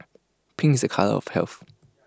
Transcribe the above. pink's A colour of health